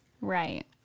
Right